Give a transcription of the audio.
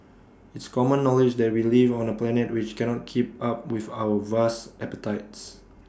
it's common knowledge that we live on A planet which cannot keep up with our vast appetites